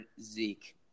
Zeke